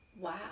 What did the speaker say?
wow